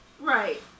Right